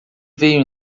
veio